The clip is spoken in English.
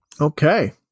Okay